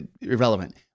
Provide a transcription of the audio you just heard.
Irrelevant